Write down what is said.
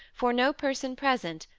for no person present,